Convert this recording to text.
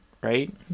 right